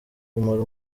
kumara